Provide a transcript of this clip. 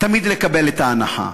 תמיד לקבל את ההנחה.